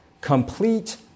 complete